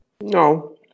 No